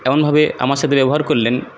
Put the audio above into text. এমনভাবে আমার সাথে ব্যবহার করলেন